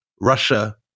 Russia